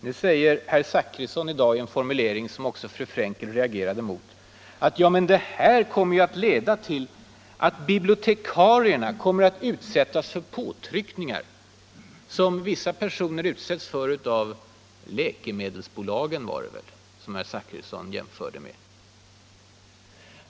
Nu säger herr Zachrisson i dag i en formulering, som också fru Frenkel reagerade mot: men det här kommer ju att leda till att bibliotekarierna utsätts för påtryckningar, på samma sätt som personer på vissa andra håll är utsatta för från läkemedelsföretagen.